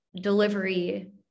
delivery